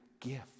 gift